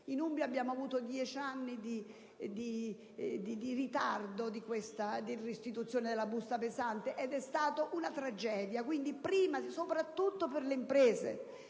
in Umbria abbiamo avuto dieci anni di ritardo nella restituzione della busta pesante. È stata una tragedia, prima e soprattutto per le imprese.